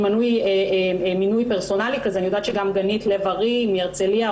מינוי פרסונלי אני יודעת שגם גנית לב-ארי מהרצליה,